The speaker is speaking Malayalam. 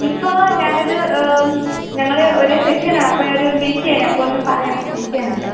ഇപ്പോൾ ഞാനിത് ഞങ്ങൾ ഒരേ സെക്ഷനാണ് അപ്പം ഒരു വെയിറ്റ് ചെയ്യണം അപ്പോൾ ഒന്ന് പറയാം വെയിറ്റ് ചെയ്യണം കേട്ടോ